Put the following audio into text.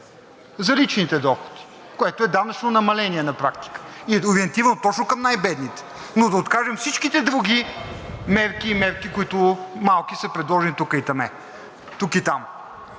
за личните доходи, което е данъчно намаление на практика и е ориентирано точно към най-бедните, но да откажем всичките други малки мерки, които са предложени тук и там.